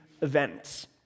events